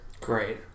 Great